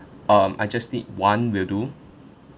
um I just need one will do